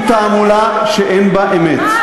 היא תעמולה שאין בה אמת.